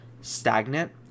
stagnant